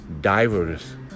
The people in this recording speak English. divers